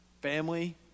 family